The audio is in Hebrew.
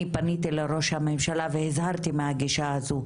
אני פניתי לראש הממשלה והזהרתי מהגישה הזו,